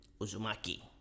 Uzumaki